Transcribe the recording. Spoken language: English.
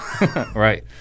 Right